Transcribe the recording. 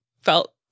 felt